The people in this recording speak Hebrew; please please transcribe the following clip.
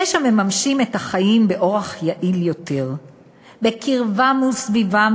יש המממשים את חייהם באורח יעיל יותר / בקרבם וסביבם